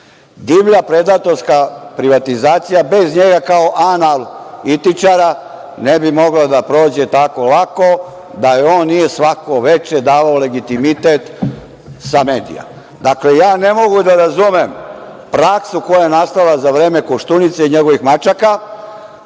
Divlja predatorska privatizacija bez njega kao analitičara ne bi mogla da prođe tako lako da on nije svako veče davao legitimitet sa medija. Dakle, ja ne mogu da razumem praksu koja je nastala za vreme Koštunice i njegovih mačaka,